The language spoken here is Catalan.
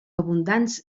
abundants